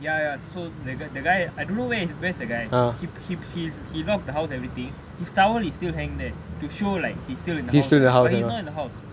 ya ya so that guy I don't know where is that guy he he lock the house everything his towel he still hang there to show that he's still in the house like that but he's not in the house